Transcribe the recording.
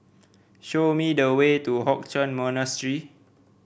show me the way to Hock Chuan Monastery